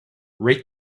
rate